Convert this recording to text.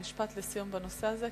משפט לסיום בנושא הזה,